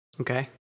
Okay